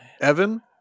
Evan